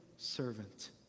servant